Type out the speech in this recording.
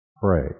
pray